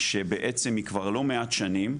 שבעצם היא כבר לא מעט שנים,